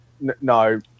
No